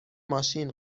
ماشین